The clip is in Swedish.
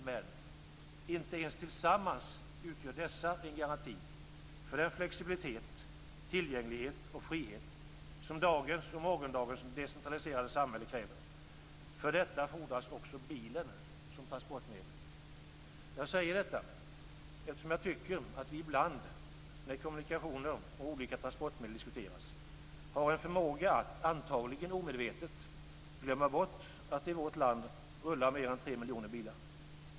Men inte ens tillsammans utgör dessa en garanti för den flexibilitet, tillgänglighet och frihet som dagens och morgondagens decentraliserade samhälle kräver. För detta fordras också bilen som transportmedel. Jag säger detta eftersom jag tycker att vi ibland, när kommunikationer och olika transportmedel diskuteras, har en förmåga att antagligen omedvetet glömma bort att det i vårt land rullar mer än 3 miljoner bilar.